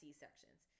C-sections